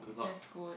that's good